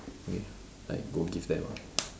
okay I go give them ah